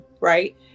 right